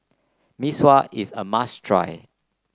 Mee Sua is a must try